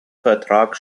vertrag